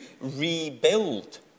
rebuild